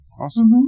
Awesome